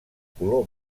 color